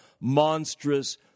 monstrous